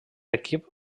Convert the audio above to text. equip